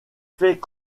fait